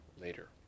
later